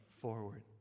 forward